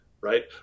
right